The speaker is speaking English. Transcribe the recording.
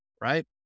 right